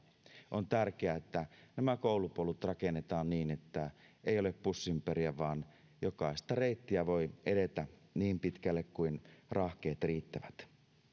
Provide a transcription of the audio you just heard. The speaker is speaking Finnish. on tärkeää että koulupolut rakennetaan niin että ei ole pussinperiä vaan jokaista reittiä voi edetä niin pitkälle kuin rahkeet riittävät